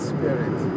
Spirit